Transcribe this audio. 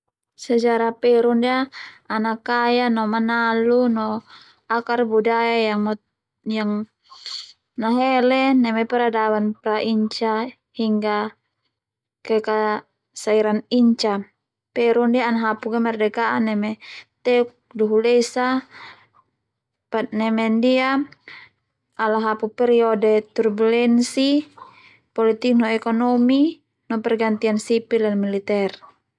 Sejarah Peru ndia ana kaya no manalu no akar budaya yang nahele neme peradaban pra inca no kekaiseran inca Peru ndia ana hapu kemerdekaan neme teuk dua hulu esa neme ndia ala hapu periode turbulensi politik no ekonomi pergantian sipil no militer